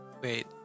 wait